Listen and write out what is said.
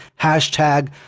Hashtag